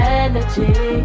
energy